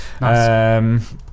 Nice